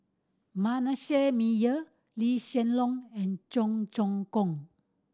Manasseh Meyer Lee Hsien Loong and Cheong Choong Kong